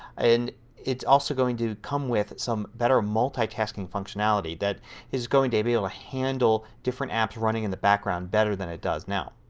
and it's also going to come with some better multi tasking functionality that is going to be able to ah handle different apps running in the background better than it does now.